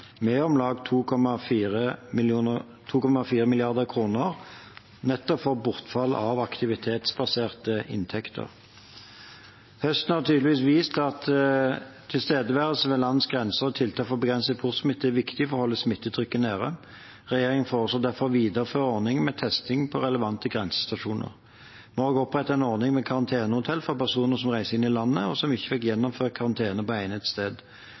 med om lag 2,4 mrd. kr nettopp for bortfall av aktivitetsbaserte inntekter. Høsten har tydelig vist at tilstedeværelse ved landets grenser og tiltak for å begrense importsmitte er viktig for å holde smittetrykket nede. Regjeringen foreslår derfor å videreføre ordningen med testing på relevante grensestasjoner. Vi har også opprettet en ordning med karantenehotell for personer som reiser inn i landet, og som ikke får gjennomført karantene på egnet sted.